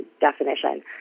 definition